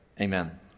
amen